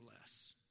less